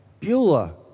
Beulah